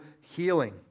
healing